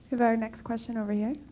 have our next question over here.